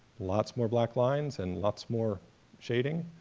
lots more black lines and lot's more shading,